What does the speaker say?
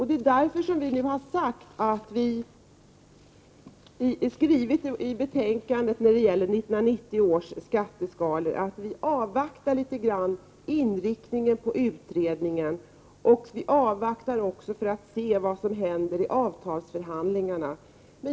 Det är därför vi nu har skrivit i betänkandet när det gäller 1990 års skatteskalor att vi avvaktar inriktningen på utredningen och att vi avvaktar också för att se vad som händer i avtalsförhandlingarna.